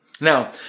Now